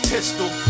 Pistol